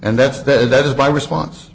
and that's that is my response